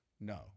no